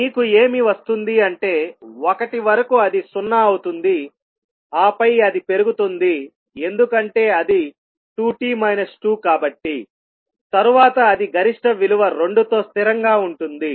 మీకు ఏమి వస్తుంది అంటే 1 వరకు అది సున్నా అవుతుంది ఆపై అది పెరుగుతుంది ఎందుకంటే అది 2t 2 కాబట్టి తరువాత అది గరిష్ట విలువ రెండు తో స్థిరంగా ఉంటుంది